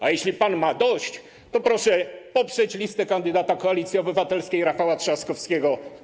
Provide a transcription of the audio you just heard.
A jeśli pan ma dość, to proszę poprzeć listę kandydata Koalicji Obywatelskiej Rafała Trzaskowskiego.